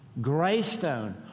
Greystone